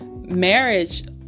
marriage